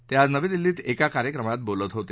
ते आज दिल्लीत एका कार्यक्रमात बोलत होते